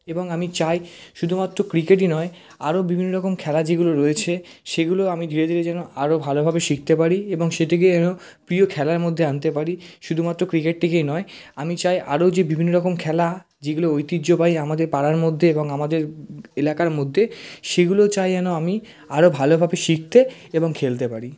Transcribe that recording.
এবং আমি চাই শুধুমাত্র ক্রিকেটই নয় আরো বিভিন্ন রকম খেলা যেগুলো রয়েছে সেগুলো আমি ধীরে ধীরে যেন আরো ভালোভাবে শিখতে পারি এবং সেটিকে যেন প্রিয় খেলার মধ্যে আনতে পারি শুধুমাত্র ক্রিকেটটিকেই নয় আমি চাই আরো যে বিভিন্ন রকম খেলা যেগুলো ঐতিহ্যবাহী আমাদের পাড়ার মধ্যে এবং আমাদের এলাকার মধ্যে সেগুলো চাই যেন আমি আরো ভালোভাবে শিখতে এবং খেলতে পারি